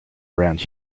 around